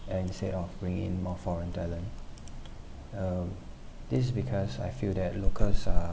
and instead of being in more foreign talent uh this is because I feel that locals are